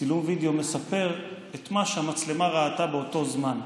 צילום וידיאו מספר את מה שהמצלמה ראתה באותו זמן,